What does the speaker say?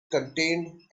contained